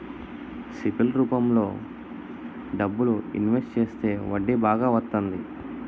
SIP ల రూపంలో డబ్బులు ఇన్వెస్ట్ చేస్తే వడ్డీ బాగా వత్తంది